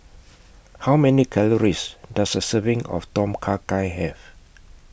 How Many Calories Does A Serving of Tom Kha Gai Have